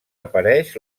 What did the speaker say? apareix